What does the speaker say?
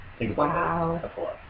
Wow